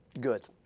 good